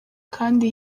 kandi